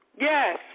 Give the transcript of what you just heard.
Yes